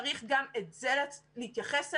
צריך גם לזה להתייחס.